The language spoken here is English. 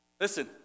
Listen